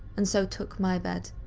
and so took my bed.